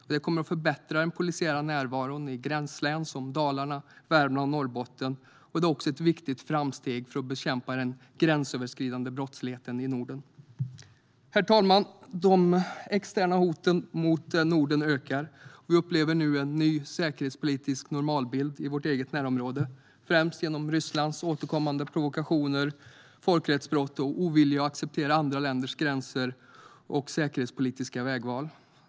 Detta kommer att förbättra den polisiära närvaron i gränslän som Dalarna, Värmland och Norrbotten, och det är också ett viktigt framsteg för att bekämpa den gränsöverskridande brottsligheten i Norden. Herr talman! De externa hoten mot Norden ökar. Vi upplever en ny säkerhetspolitisk normalbild i vårt eget närområde, främst genom Rysslands återkommande provokationer, folkrättsbrott och ovilja att acceptera andra länders gränser och säkerhetspolitiska vägval.